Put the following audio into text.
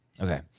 Okay